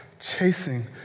chasing